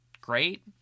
great